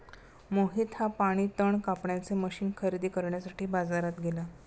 मोहित हा पाणी तण कापण्याचे मशीन खरेदी करण्यासाठी बाजारात गेला